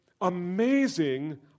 amazing